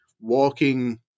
walking